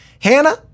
Hannah